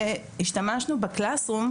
והשתמשנו ב-Classes room,